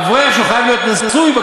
אברך חייב להיות נשוי,